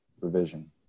revision